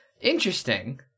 Interesting